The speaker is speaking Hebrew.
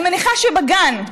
אני מניחה שבגן,